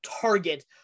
target